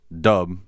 dub